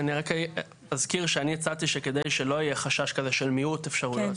אני רק אזכיר שאני הצעתי שכדי שלא יהיה חשש כזה של מיעוט אפשרויות,